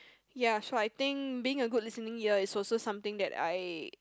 ya so I think being a good listening ear is also something that I